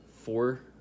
four